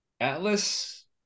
Atlas